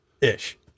Ish